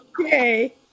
Okay